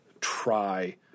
try